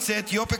יוצאי אתיופיה,